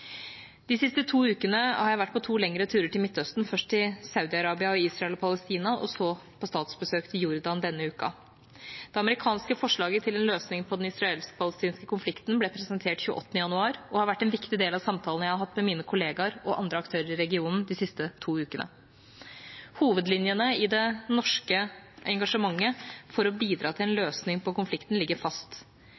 De siste to ukene har jeg vært på to lengre turer til Midtøsten – først til Saudi-Arabia og Israel/Palestina og så på statsbesøk til Jordan denne uka. Det amerikanske forslaget til en løsning på den israelsk–palestinske konflikten ble presentert 28. januar og har vært en viktig del av samtalene jeg har hatt med mine kollegaer og andre aktører i regionen disse to ukene. Hovedlinjene i det norske engasjementet for å bidra til en